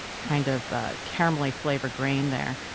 kind of ah caramelly flavored grain there.